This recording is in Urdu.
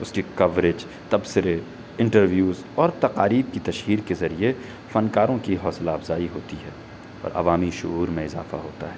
اس کی کوریج تبصرے انٹرویوز اور تقاریب کی تشہیر کے ذریعے فنکاروں کی حوصلہ افزائی ہوتی ہے اور عوامی شعور میں اضافہ ہوتا ہے